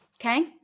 Okay